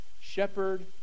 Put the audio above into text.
Shepherd